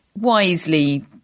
wisely